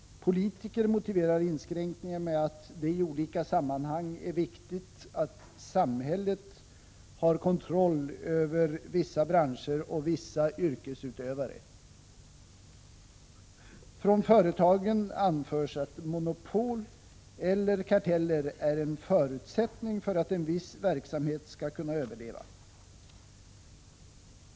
Politiker motiverar inskränkningar med att det i olika sammanhang är viktigt att ”samhället” har kontroll över vissa branscher och vissa yrkesutövare. Från företagen anförs att monopol eller karteller är en förutsättning för att en viss verksamhet skall kunna överleva.